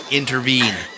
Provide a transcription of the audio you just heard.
intervene